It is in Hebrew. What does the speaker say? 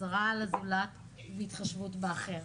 עזרה לזולת והתחשבות באחר.